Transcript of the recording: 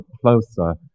closer